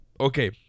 Okay